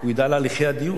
הוא ידע על הליכי הדיון.